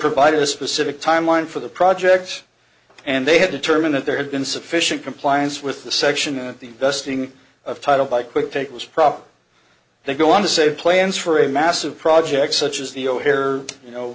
provided a specific timeline for the project and they had determined that there had been sufficient compliance with the section and the dusting of title by quick take was proper they go on to say plans for a massive project such as the o'hare you know